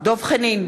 דב חנין,